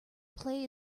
play